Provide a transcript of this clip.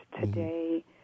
Today